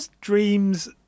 dreams